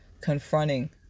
confronting